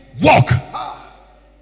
walk